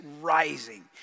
rising